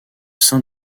sein